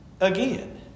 again